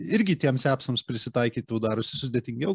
irgi tiems apsams prisitaikyt jau darosi sudėtingiau